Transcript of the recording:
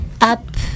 up